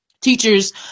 teachers